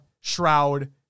Shroud